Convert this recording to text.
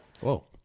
whoa